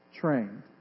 trained